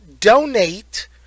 donate